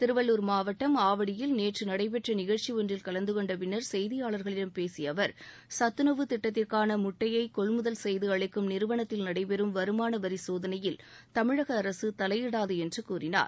திருவள்ளூர் மாவட்டம் ஆவடியில் நேற்று நடைபெற்ற நிகழ்ச்சி ஒன்றில் கலந்து கொண்ட பின்னர் செய்தியாளர்களிடம் பேசிய அவர் சத்துணவு திட்டத்திற்கான முட்டையை கொள்முதல் செய்து அளிக்கும் நிறுவனத்தில் நடைபெறும் வருமான வரி சோதனையில் தமிழக அரசு தலையிடாது என்று கூறினார்